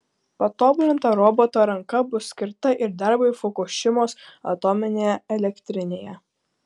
patobulinta roboto ranka bus skirta ir darbui fukušimos atominėje elektrinėje